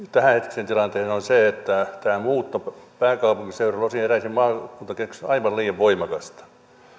tämänhetkiseen tilanteeseen on se että tämä muutto pääkaupunkiseudulle osin eräisiin maakuntakeskuksiin on aivan liian voimakasta kun